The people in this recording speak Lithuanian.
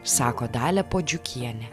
sako dalia puodžiukienė